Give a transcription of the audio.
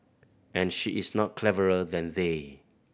and she is not cleverer than they